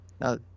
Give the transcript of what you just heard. Now